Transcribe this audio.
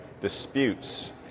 disputes